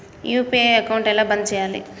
UPI account ఎలా బంద్ చేయాలి?